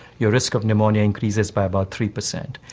your risk of pneumonia increases by about three percent.